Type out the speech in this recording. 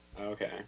Okay